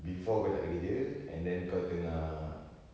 before kau tak ada kerja and then kau tengah